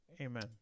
Amen